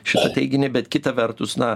šitą teiginį bet kita vertus na